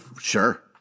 sure